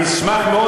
אני אשמח מאוד.